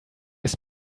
ist